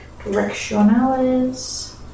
directionalis